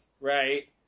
right